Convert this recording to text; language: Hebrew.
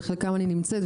בחלקן אני נמצאת,